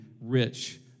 rich